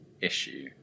issue